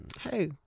hey